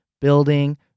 building